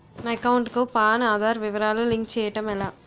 నా అకౌంట్ కు పాన్, ఆధార్ వివరాలు లింక్ చేయటం ఎలా?